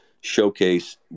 showcase